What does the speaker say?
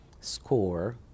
score